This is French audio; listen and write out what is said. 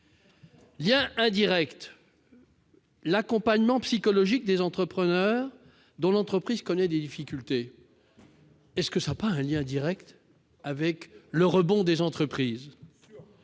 cet article. L'accompagnement psychologique des entrepreneurs dont l'entreprise connaît des difficultés n'a-t-il pas un lien direct avec le rebond des entreprises ?